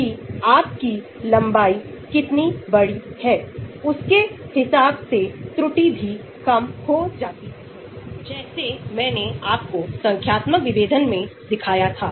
मैं देख सकता हूं कि अधिक हाइड्रोफोबिक होने से अधिक log p गतिविधि होगीतो log p बहुत महत्वपूर्ण भूमिका निभाता है